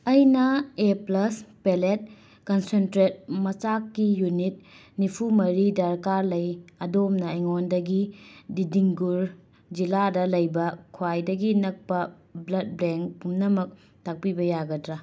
ꯑꯩꯅ A plus pellet concentrate ꯃꯆꯥꯛꯀꯤ unit ꯅꯤꯐꯨ ꯃꯔꯤ ꯗꯔꯀꯥꯔ ꯂꯩ ꯑꯗꯣꯝꯅ ꯑꯩꯉꯣꯟꯗꯒꯤ ꯗꯤꯗꯤꯡꯒꯨꯔ ꯖꯤꯜꯂꯥꯗ ꯂꯩꯕ ꯈ꯭ꯋꯥꯏꯗꯒꯤ ꯅꯛꯄ ꯕ꯭ꯂꯗ ꯕꯦꯡ ꯄꯨꯝꯅꯃꯛ ꯇꯥꯛꯄꯤꯕ ꯌꯥꯒꯗ꯭ꯔꯥ